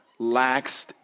laxed